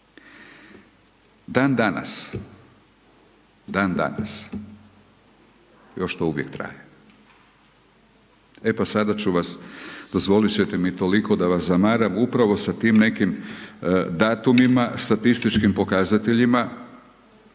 Dan danas, dan danas, još to uvijek traje. E pa sada ću vas, dozvolit će te mi toliko da vas zamaram upravo sa tim nekim datumima, statističkim pokazateljima,